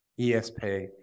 ESP